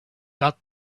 got